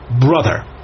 brother